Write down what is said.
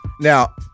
now